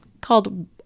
called